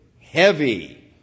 heavy